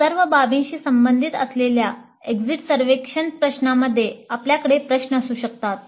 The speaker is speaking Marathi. या सर्व बाबींशी संबंधित असलेल्या एक्झिट सर्वेक्षण प्रश्नांमध्ये आपल्याकडे प्रश्न असू शकतात